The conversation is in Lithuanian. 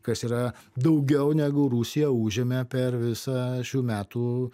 kas yra daugiau negu rusija užėmė per visą šių metų